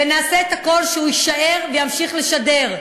ונעשה את הכול שהוא יישאר וימשיך לשדר,